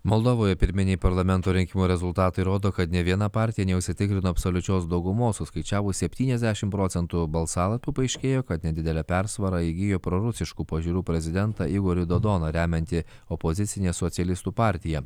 moldovoje pirminiai parlamento rinkimų rezultatai rodo kad nė viena partija neužsitikrino absoliučios daugumos suskaičiavus septyniasdešimt procentų balsalapių paaiškėjo kad nedidelę persvarą įgijo prorusiškų pažiūrų prezidentą igorį dodoną remianti opozicinė socialistų partija